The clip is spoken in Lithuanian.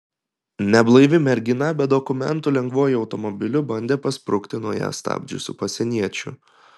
neblaivi mergina be dokumentų lengvuoju automobiliu bandė pasprukti nuo ją stabdžiusių pasieniečių